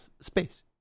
space